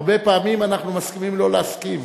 הרבה פעמים אנחנו מסכימים לא להסכים,